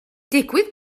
digwydd